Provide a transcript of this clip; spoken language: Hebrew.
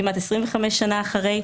כמעט 25 שנים אחרי,